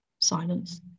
Silence